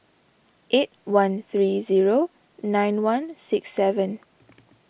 eight one three zero nine one six seven